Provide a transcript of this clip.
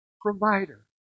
provider